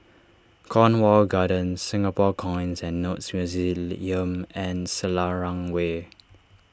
Cornwall Gardens Singapore Coins and Notes and Selarang Way